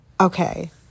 okay